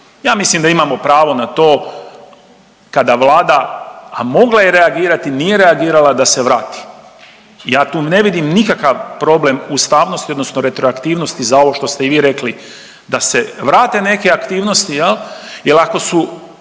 Ja mislim da imamo pravo na to kada Vlada, a mogla je reagirati nije reagirala da se vrati. Ja tu ne vidim nikakav problem ustavnosti, odnosno retroaktivnosti za ovo što ste i vi rekli da se vrate neke aktivnosti. Jer